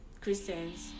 Christians